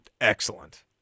Excellent